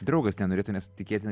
draugas nenorėtų nes tikėtina